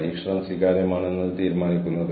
പക്ഷേ എനിക്ക് ഇപ്പോഴും നിങ്ങളോട് ബന്ധം തോന്നുന്നു